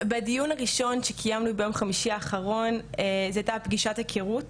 בדיון הראשון שקיימנו ביום חמישי האחרון זאת היתה פגישת הכרות,